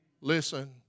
Listen